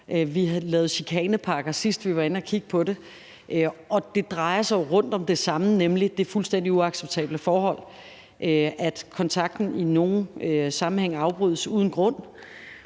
Vi har lavet chikanepakker, sidst vi var inde at kigge på det, og det drejer sig jo om det samme, nemlig det fuldstændig uacceptable forhold, at kontakten i nogle sammenhænge afbrydes uden grund,